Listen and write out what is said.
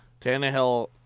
Tannehill